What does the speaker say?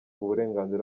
uburenganzira